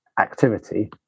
activity